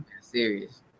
serious